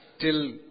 Till